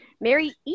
Mary